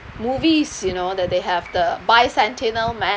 movies you know that they have the bicentennial man